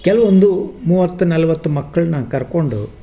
ಕೆಲವೊಂದು ಮೂವತ್ತು ನಲ್ವತ್ತು ಮಕ್ಕಳನ್ನ ಕರ್ಕೊಂಡು